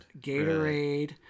Gatorade